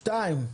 הסתייגות שנייה.